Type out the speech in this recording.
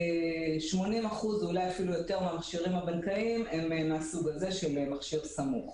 80% ואולי אפילו יותר מהמכשירים הבנקאיים הם מהסוג של מכשיר סמוך.